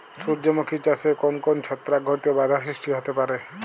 সূর্যমুখী চাষে কোন কোন ছত্রাক ঘটিত বাধা সৃষ্টি হতে পারে?